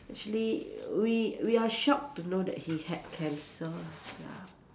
actually we we are shocked to know that he had cancer lah ya